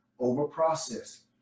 Overprocessed